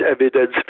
evidence